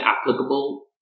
applicable